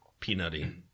peanutty